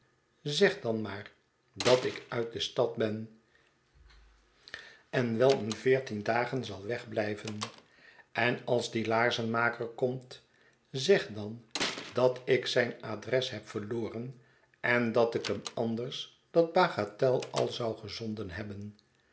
zeg dan maar dat ik uit de stad ben en wel een veersghetsen van boz tien dagen zal wegblijven en als die laarzenmaker komt zeg dan dat ik zijn adres jieb verloren en dat ik hem anders dat bagatel al zou gezonden hebben